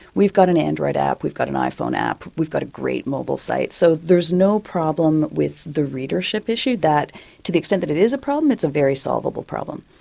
we've got an android app, we've got an iphone app, we've got a great mobile site, so there's no problem with the readership issue. to the extent that it is a problem, it's a very solvable problem.